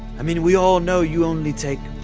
i mean, we all know you only take.